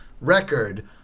record